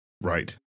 right